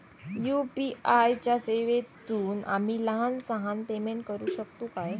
UPI च्या सेवेतून आम्ही लहान सहान पेमेंट करू शकतू काय?